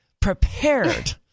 prepared